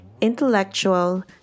intellectual